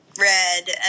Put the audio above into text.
red